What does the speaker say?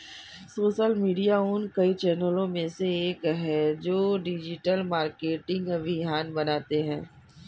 social media उन कई चैनलों में से एक है जो डिजिटल मार्केटिंग अभियान बनाते हैं